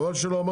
העניין.